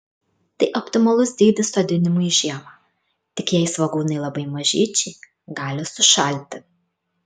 tai optimalus dydis sodinimui žiemą tik jei svogūnai labai mažyčiai gali sušalti